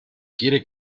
quiere